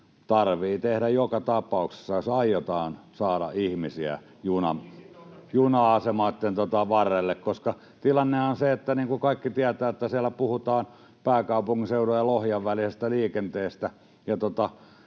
tarvitsee tehdä joka tapauksessa, jos aiotaan saada ihmisiä juna-asemien varrelle. Tilannehan on se, niin kuin kaikki tietävät, että siinä puhutaan pääkaupunkiseudun ja Lohjan välisestä liikenteestä.